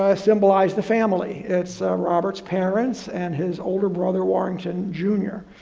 ah symbolize the family it's robert's parents and his older brother warrington jr,